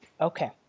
Okay